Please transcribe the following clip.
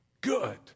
good